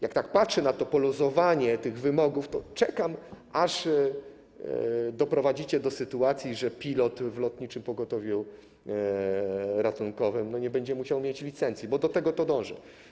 Jak patrzę na to poluzowanie tych wymogów, to czekam, aż doprowadzicie do sytuacji, że pilot w Lotniczym Pogotowiu Ratunkowym nie będzie musiał mieć licencji, bo do tego to zmierza.